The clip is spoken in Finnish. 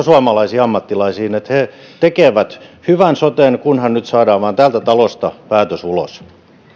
suomalaisiin ammattilaisiin että he tekevät hyvän soten kunhan nyt saadaan vain täältä talosta päätös ulos